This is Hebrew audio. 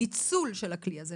ניצול של הכלי הזה,